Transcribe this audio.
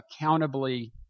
accountably